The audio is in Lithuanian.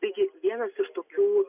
taigi vienas iš tokių